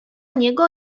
niego